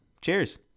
Cheers